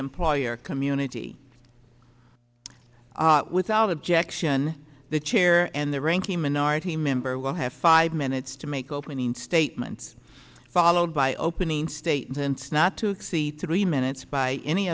employer community without objection the chair and the ranking minority member will have five minutes to make opening statements followed by opening statements not to exceed three minutes by any